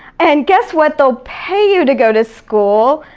and, guess what, they'll pay you to go to school.